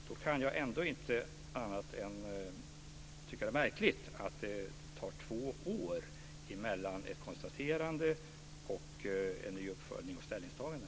Då kan jag inte tycka annat än att det är märkligt att det är två år mellan ett konstaterande och en ny uppföljning och ställningstaganden.